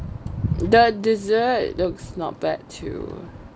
the dessert looks not bad too